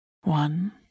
one